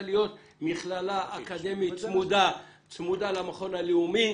להיות מכללה אקדמית צמודה למכון הלאומי,